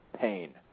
Pain